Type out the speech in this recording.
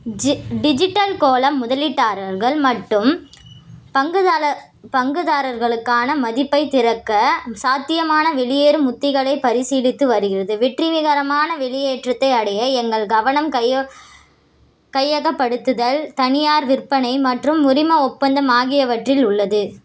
digital கோளம் முதலீட்டாளர்கள் மற்றும் பங்கு பங்குதாரர்களுக்கான மதிப்பை திறக்க சாத்தியமான வெளியேறும் உத்திகளை பரிசீலித்து வருகிறது வெற்றிகாரமான வெளியேற்றத்தை அடைய எங்கள் கவனம் கையகப்படுத்துதல் தனியார் விற்பனை மற்றும் உரிமை ஒப்பந்தம் ஆகியவற்றில் உள்ளது